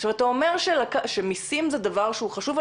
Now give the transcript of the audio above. עכשיו, אתה אומר שמיסים זה דבר חשוב.